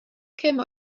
käme